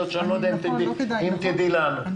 שאני לא יודע אם תדעי לענות עליהן.